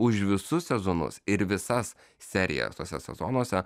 už visus sezonus ir visas serijas tuose sezonuose